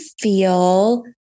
feel